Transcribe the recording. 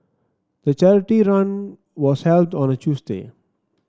the charity run was held on a Tuesday